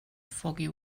foggy